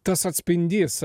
tas atspindys